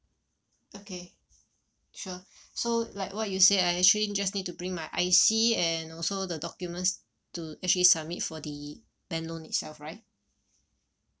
okay sure so like what you say I actually just need to bring my I_C and also the documents to actually submit for the bank loan itself right